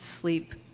sleep